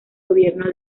gobierno